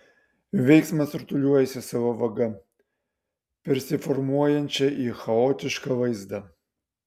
veiksmas rutuliojasi sava vaga persiformuojančia į chaotišką vaizdą